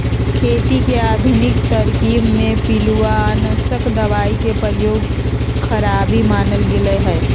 खेती के आधुनिक तरकिब में पिलुआनाशक दबाई के प्रयोग खराबी मानल गेलइ ह